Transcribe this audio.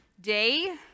Day